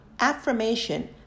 Affirmation